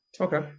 Okay